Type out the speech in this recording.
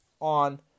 on